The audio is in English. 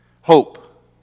hope